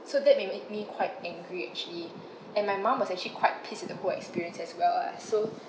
so that make make me quite angry actually and my mom was actually quite pissed with the whole experience as well lah so